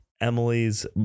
emily's